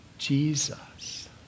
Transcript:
Jesus